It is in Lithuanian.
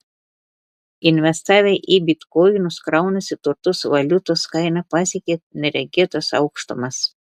investavę į bitkoinus kraunasi turtus valiutos kaina pasiekė neregėtas aukštumas